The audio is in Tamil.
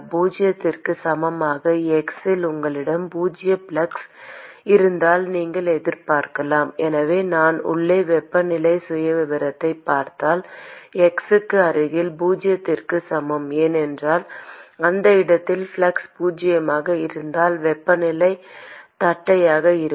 பூஜ்ஜியத்திற்கு சமமான x இல் உங்களிடம் பூஜ்ஜிய ஃப்ளக்ஸ் இருந்தால் நீங்கள் எதிர்பார்க்கலாம் எனவே நான் உள்ளே வெப்பநிலை சுயவிவரத்தைப் பார்த்தால் x க்கு அருகில் பூஜ்ஜியத்திற்கு சமம் ஏனெனில் அந்த இடத்தில் ஃப்ளக்ஸ் பூஜ்ஜியமாக இருப்பதால் வெப்பநிலை தட்டையாக இருக்கும்